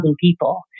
people